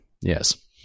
Yes